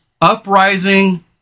uprising